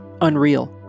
unreal